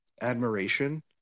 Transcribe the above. admiration